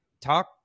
talk